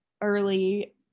early